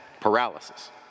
paralysis